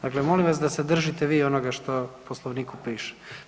Dakle, molim vas da se držite vi onoga što u Poslovniku piše.